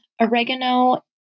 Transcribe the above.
Oregano